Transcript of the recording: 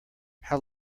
how